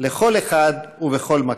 לכל אחד ובכל מקום,